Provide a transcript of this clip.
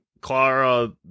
Clara